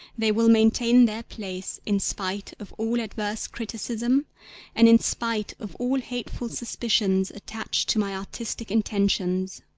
they will maintain their place in spite of all adverse criticism and in spite of all hateful suspicions attached to my artistic intentions.